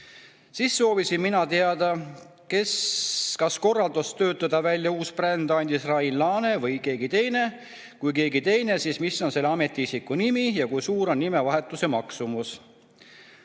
Siis soovisin mina teada, kas korralduse töötada välja uus bränd andis Rain Laane või keegi teine, ja kui keegi teine, siis mis on selle ametiisiku nimi ja kui suur on nimevahetuse maksumus.